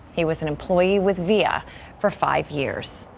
he was an employee with v a for five years.